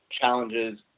challenges